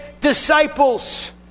disciples